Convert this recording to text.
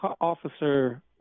officer